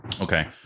Okay